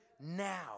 now